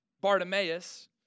Bartimaeus